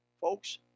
Folks